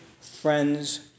friends